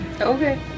Okay